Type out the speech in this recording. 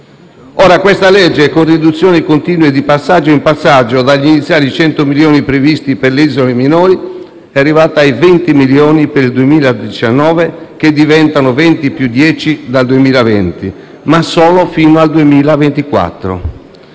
disegno di legge, con riduzioni continue di passaggio in passaggio, dagli iniziali 100 milioni previsti per le isole minori è arrivato a 20 milioni per il 2019, che diventano 20 più 10 dal 2020, ma solo fino al 2024.